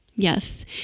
Yes